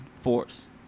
force